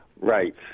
right